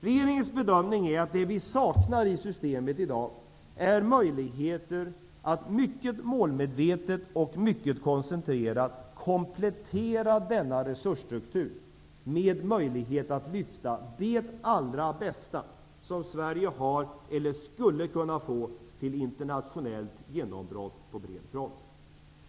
Regeringens bedömning är att det vi saknar i systemet i dag är möjligheter att målmedvetet och koncentrerat komplettera denna resursstruktur, med möjlighet att lyfta det allra bästa som Sverige har eller skulle kunna få till internationellt genombrott på bred front.